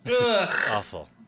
Awful